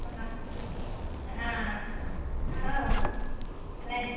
हां हां हो नाही